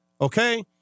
okay